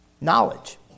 Knowledge